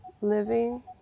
living